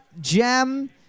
gem